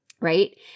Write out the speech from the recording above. right